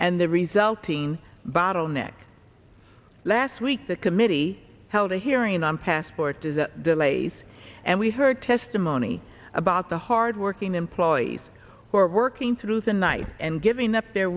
and the resulting bottleneck last week the committee held a hearing on passport is a place and we heard testimony about the hardworking employees who are working through the night and giving up their